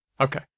Okay